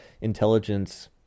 intelligence